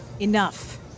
Enough